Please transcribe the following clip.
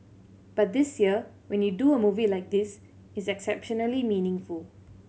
but this year when you do a movie like this it's exceptionally meaningful